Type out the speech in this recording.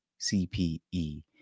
CPE